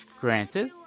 Granted